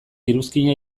iruzkina